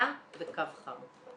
מניעה וקו חם.